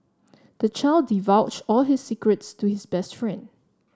the child divulged all his secrets to his best friend